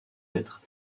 êtres